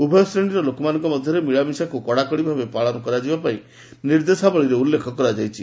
ଉଭୟ ଶ୍ରେଣୀର ଲୋକମାନଙ୍କ ମଧ୍ୟରେ ମିଳାମିଶାକୁ କଡ଼ାକଡ଼ି ଭାବେ ପାଳନ କରାଯିବା ପାଇଁ ନିର୍ଦ୍ଦେଶାବଳୀରେ ଉଲ୍ଲେଖ କରାଯାଇଛି